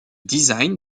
design